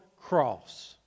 cross